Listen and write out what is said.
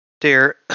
dear